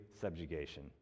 subjugation